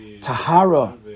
Tahara